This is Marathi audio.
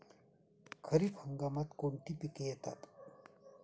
खरीप हंगामात कोणती पिके येतात?